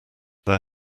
their